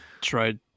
tried